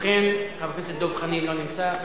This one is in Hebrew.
חבר הכנסת דב חנין, לא נמצא.